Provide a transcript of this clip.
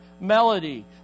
melody